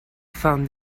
found